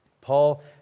Paul